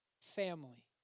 family